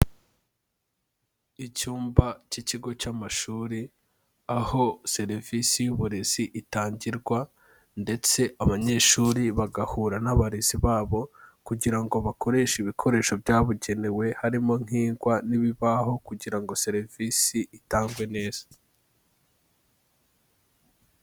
Icyumba cy'ikigo cy'amashuri, aho serivisi y'uburezi itangirwa ndetse abanyeshuri bagahura n'abarezi babo kugira ngo bakoreshe ibikoresho byabugenewe, harimo nk'ingwa n'ibibaho kugira ngo serivisi itangwe neza.